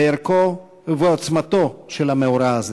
בערכו ובעוצמתו של המאורע הזה.